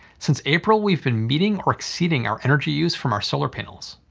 since april we've been meeting or exceeding our energy use from our solar panels.